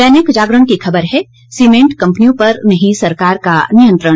दैनिक जागरण की खबर है सीमेंट कंपनियों पर नहीं सरकार का नियंत्रण